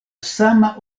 sama